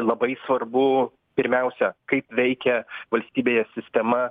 labai svarbu pirmiausia kaip veikia valstybėje sistema